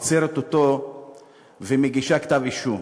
עוצרת אותו ומגישה כתב-אישום.